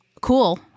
cool